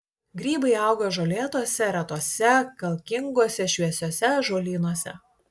grybai auga žolėtuose retuose kalkinguose šviesiuose ąžuolynuose